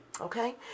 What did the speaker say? Okay